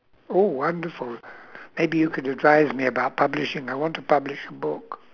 oh wonderful maybe you could advise me about publishing I want to publish a book